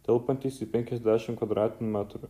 telpantys į penkiasdešimt kvadratinių metrų